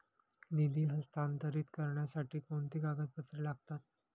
निधी हस्तांतरित करण्यासाठी कोणती कागदपत्रे लागतात?